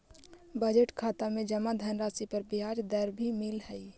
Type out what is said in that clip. budget खाता में जमा धनराशि पर ब्याज दर भी मिलऽ हइ